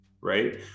right